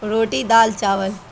روٹی دال چاول